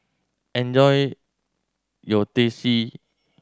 enjoy your Teh C